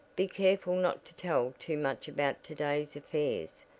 be careful not to tell too much about to-day's affairs,